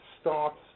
starts